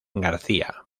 garcía